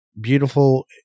beautiful